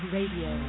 Radio